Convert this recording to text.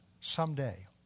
someday